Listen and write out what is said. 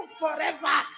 forever